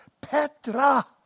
Petra